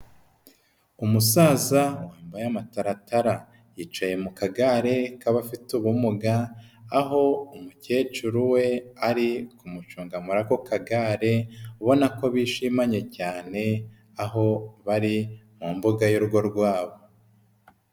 Umusaza wambaye amataratara yicaye mu kagare k'abafite ubumuga aho umukecuru we ari kumucunga muri ako kagare ubona ko bishimanye cyane aho bari mu mbuga y'urugo rwabo.